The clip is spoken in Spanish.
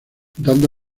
dando